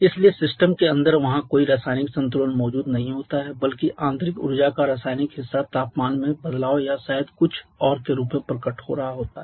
इसलिए सिस्टम के अंदर वहां कोई रासायनिक संतुलन मौजूद नहीं होता है बल्कि आंतरिक ऊर्जा का रासायनिक हिस्सा तापमान में बदलाव या शायद कुछ और के रूप में प्रकट हो रहा होता है